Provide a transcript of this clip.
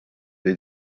või